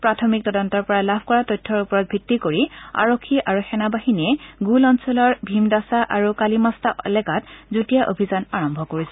প্ৰাথমিক তদন্তৰ পৰা লাভ কৰা তথ্যৰ ওপৰত ভিত্তি কৰি আৰক্ষী আৰু সেনাবাহিনীয়ে গুল অঞ্চলৰ ভীমদাসা আৰু কালিমাস্তা এলেকাত যুটীয়া অভিযান আৰম্ভ কৰিছে